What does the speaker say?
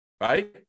right